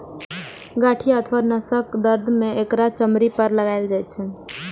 गठिया अथवा नसक दर्द मे एकरा चमड़ी पर लगाएल जाइ छै